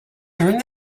turn